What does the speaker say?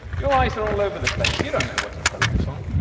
your eyes are all over the place you don't know what to focus on,